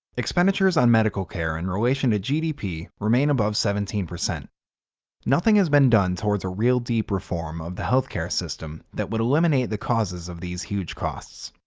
expenditures on medical care in relation to gdp remain above seventeen. nothing has been done towards a real deep reform of the health care system that would eliminate the causes of these huge costs.